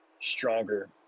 stronger